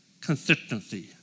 Consistency